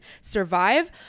survive